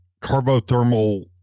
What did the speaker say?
carbothermal